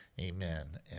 amen